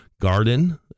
garden